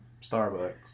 Starbucks